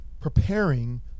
preparing